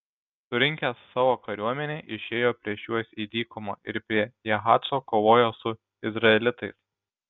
surinkęs savo kariuomenę išėjo prieš juos į dykumą ir prie jahaco kovojo su izraelitais